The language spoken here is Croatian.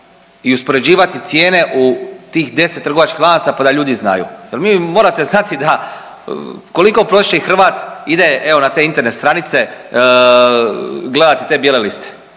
i uspoređivati cijene u tih 10 trgovačkih lanaca pa da ljudi znaju jer vi morate znati da, koliko prosječni Hrvat ide, evo na te interne stranice gledati te bijele liste,